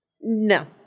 No